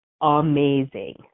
amazing